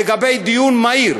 לגבי דיון מהיר?